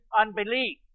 unbelief